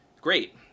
great